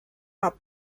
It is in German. waren